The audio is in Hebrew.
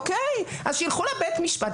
אוקיי, אז שילכו לבית משפט.